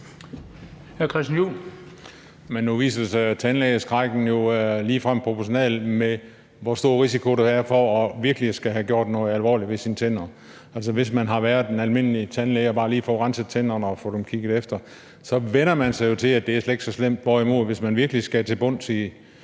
Christian Juhl (EL): Men nu viser det sig, at tandlægeskrækken er ligefrem proportional med, hvor stor risiko der er for virkelig at skulle have gjort noget alvorligt ved sine tænder. Altså, hvis man har været ved den almindelige tandlæge og bare lige fået renset hænderne og fået dem kigget efter, vænner man sig jo til, at det slet ikke er så slemt, hvorimod det, hvis man virkelig skal til bunds i